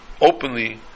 openly